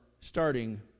starting